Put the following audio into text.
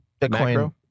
Bitcoin